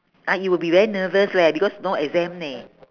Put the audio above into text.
!aiyo! will be very nervous leh because no exam leh